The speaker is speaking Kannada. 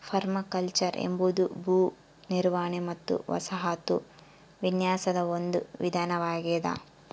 ಪರ್ಮಾಕಲ್ಚರ್ ಎಂಬುದು ಭೂ ನಿರ್ವಹಣೆ ಮತ್ತು ವಸಾಹತು ವಿನ್ಯಾಸದ ಒಂದು ವಿಧಾನವಾಗೆದ